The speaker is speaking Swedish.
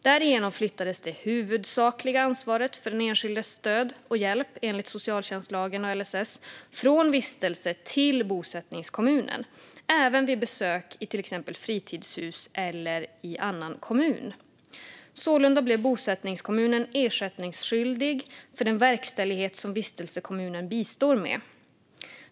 Därigenom flyttades det huvudsakliga ansvaret för den enskildes stöd och hjälp enligt socialtjänstlagen och LSS från vistelse till bosättningskommunen, även vid besök i till exempel fritidshus i annan kommun. Sålunda blev bosättningskommunen ersättningsskyldig för den verkställighet som vistelsekommunen bistår med .